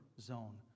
zone